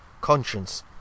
conscience